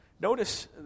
Notice